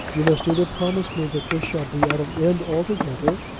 you must either promise me that this shall be at an end altogether,